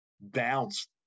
bounced